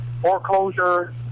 foreclosure